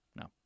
No